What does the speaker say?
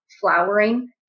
flowering